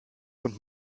und